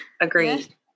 agreed